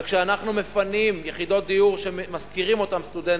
וכשאנחנו מפנים יחידות דיור שמשכירים אותן לסטודנטים,